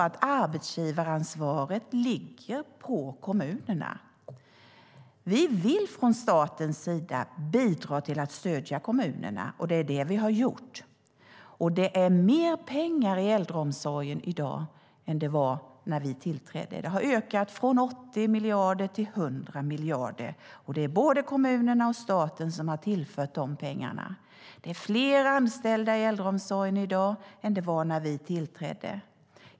Arbetsgivaransvaret ligger på kommunerna. Vi vill från statens sida bidra till att stödja kommunerna, och det är det vi har gjort. Det finns mer pengar i äldreomsorgen i dag än det gjorde när vi tillträdde. Det har ökat från 80 miljarder till 100 miljarder. Det är både kommunerna och staten som har tillfört dessa pengar. Det är fler anställda i äldreomsorgen i dag än det var när vi tillträdde.